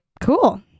cool